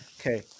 okay